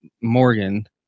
Morgan